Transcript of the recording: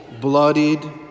bloodied